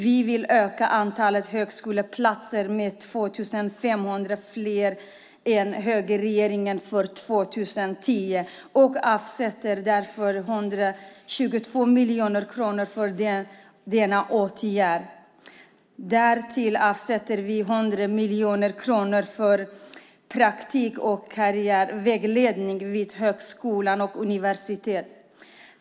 Vi vill öka antalet högskoleplatser med 2 500 fler än högerregeringen för 2010 och avsätter därför 122 miljoner kronor för denna åtgärd. Därtill avsätter vi 100 miljoner kronor för praktik och karriärvägledning vid högskola och universitet.